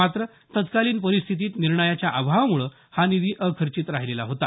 मात्र तत्कालीन परिस्थितीत निर्णयाच्या अभावामुळे हा निधी अखर्चित राहिलेला होता